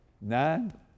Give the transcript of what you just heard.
nine